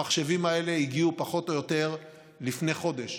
המחשבים האלה הגיעו פחות או יותר לפני חודש.